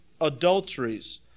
adulteries